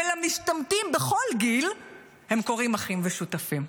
ולמשתמטים בכל גיל הם קוראים אחים ושותפים.